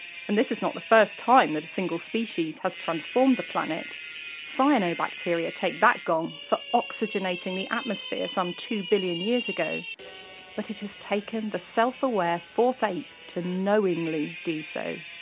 and this is not the first time a single species has transformed the planet cyanobacteria take that gong for oxygenating the atmosphere some two billion years ago but it has taken the self-aware fourth ape to knowingly do so.